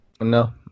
No